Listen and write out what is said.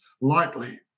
lightly